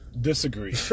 Disagree